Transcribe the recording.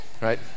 right